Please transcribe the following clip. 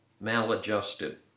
Maladjusted